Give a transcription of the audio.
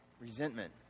Resentment